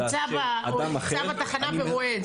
נמצא בתחנה ורואה את זה.